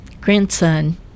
grandson